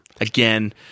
again-